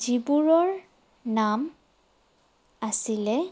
যিবোৰৰ নাম আছিলে